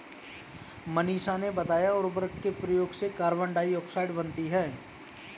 मनीषा ने बताया उर्वरक के प्रयोग से कार्बन डाइऑक्साइड बनती है